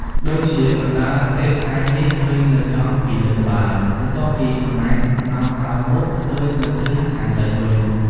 ដូចជាកណ្ដាលអាធ្រាត្រផ្កាយនេះឃើញនៅចំពីលើក្បាល បន្ទាប់ពីប៉ុន្មានម៉ោងក្រោយមកឃើញនៅទិសខាងលិចវិញ ។